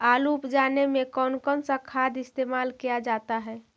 आलू उप जाने में कौन कौन सा खाद इस्तेमाल क्या जाता है?